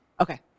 Okay